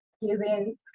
using